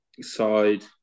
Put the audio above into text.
side